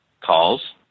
calls